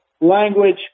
language